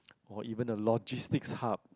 or even the logistics hub